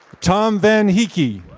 tom van heeke.